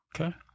Okay